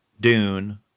dune